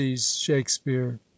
shakespeare